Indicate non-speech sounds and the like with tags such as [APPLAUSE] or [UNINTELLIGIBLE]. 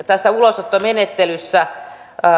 [UNINTELLIGIBLE] tässä ulosottomenettelyssä